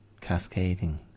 cascading